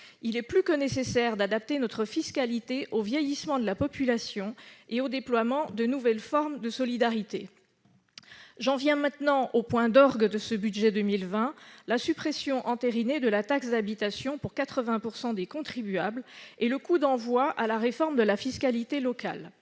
Il est plus que nécessaire d'adapter notre fiscalité au vieillissement de la population et au déploiement de nouvelles formes de solidarité. J'en viens maintenant au point d'orgue de ce budget pour 2020 : la suppression entérinée de la taxe d'habitation pour 80 % des contribuables et le coup d'envoi de la réforme de la fiscalité locale.